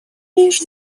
лишь